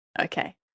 Okay